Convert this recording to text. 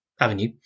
Avenue